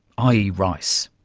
ah ie rice.